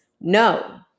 No